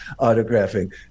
autographing